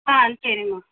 ஆ சரிமா